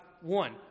one